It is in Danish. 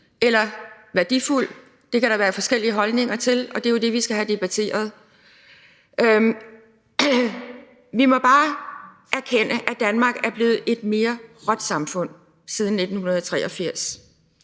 eller værdifuld. Det kan der være forskellige holdninger til, og det er jo det, vi skal have debatteret. Vi må bare erkende, at Danmark er blevet et mere råt samfund siden 1983.